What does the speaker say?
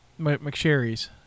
McSherry's